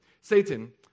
Satan